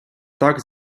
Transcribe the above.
так